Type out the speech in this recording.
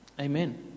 Amen